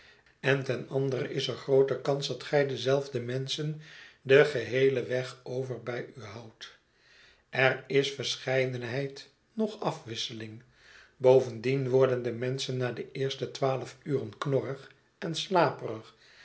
en ten andere is er groote kans dat gij dezelfde menschen den geheelen weg over bij u houdt er is verscheidenheid noch afwisseling bovendien word en de menschen na de eerste twaalf uren knorrig en slapeiig